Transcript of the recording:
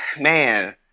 man